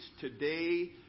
today